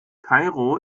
kairo